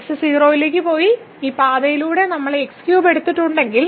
x 0 ലേക്ക് പോയി ഈ പാതയിലൂടെ നമ്മൾ ഈ x ക്യൂബ് എടുത്തിട്ടുണ്ടെങ്കിൽ